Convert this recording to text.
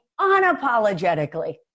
unapologetically